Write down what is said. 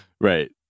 right